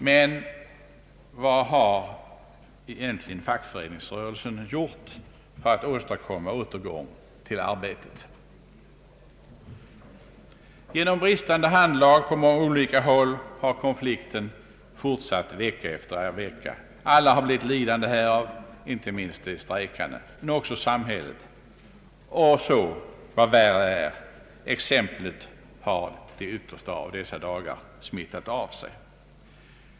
Men vad har egentligen fackföreningsrörelsen gjort för att åstadkomma återgång till arbetet? Genom bristande handlag på många olika håll har konflikten fortsatt vecka efter vecka. Alla har blivit lidande härav, inte minst de strejkande, men också samhället och, vad värre är, exemplet har de yttersta av dessa dagar smittat av sig.